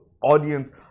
audience